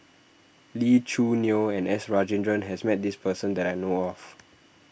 Lee Choo Neo and S Rajendran has met this person that I know of